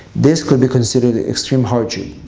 this could be considered ah extreme hardship.